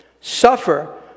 Suffer